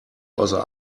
außer